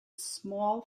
small